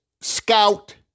scout